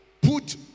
put